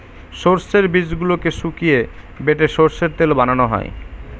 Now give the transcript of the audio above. সর্ষের বীজগুলোকে শুকিয়ে বেটে সর্ষের তেল বানানো হয়